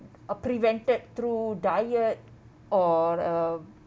prevented through diet or uh